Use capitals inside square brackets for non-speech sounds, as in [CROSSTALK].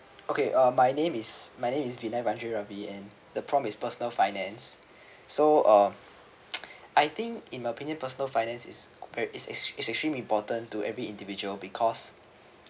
okay uh my name is my name is vinai ranjen ravi the prompt is personal finance so uh [NOISE] I think in my opinion personal finance is is is is extremely important to every individual because